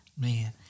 Man